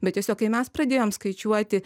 bet tiesiog kai mes pradėjom skaičiuoti